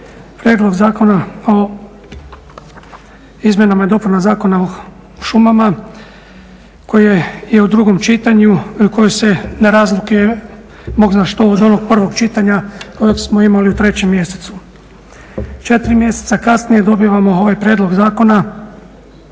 prijedlog Zakona o izmjenama i dopunama Zakona o šumama koji je u drugom čitanju, koji se ne razlikuje bog zna što od onog prvog čitanja kojeg smo imali u 3 mjesecu. 4 mjeseca kasnije dobivamo ovaj prijedlog zakona